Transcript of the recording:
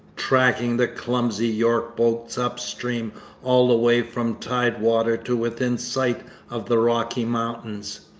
tracking the clumsy york boats up-stream all the way from tide water to within sight of the rocky mountains.